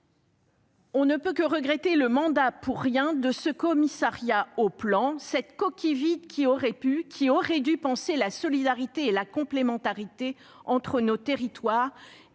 on ne peut que regretter le mandat pour rien du haut-commissariat au plan, cette coquille vide qui aurait pu et aurait dû penser la solidarité et la complémentarité entre nos territoires